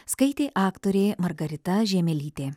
skaitė aktorė margarita žiemelytė